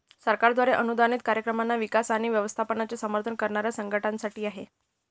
सरकारद्वारे अनुदानित कार्यक्रमांचा विकास आणि व्यवस्थापनाचे समर्थन करणाऱ्या संघटनांसाठी आहे